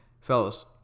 fellas